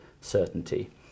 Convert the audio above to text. certainty